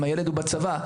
אם הילד הוא בצבא,